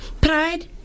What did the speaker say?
Pride